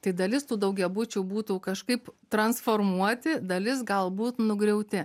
tai dalis tų daugiabučių būtų kažkaip transformuoti dalis galbūt nugriauti